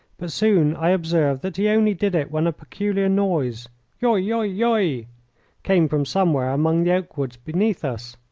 but soon i observed that he only did it when a peculiar noise yoy, yoy, yoy came from somewhere among the oak woods beneath us.